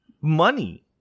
Money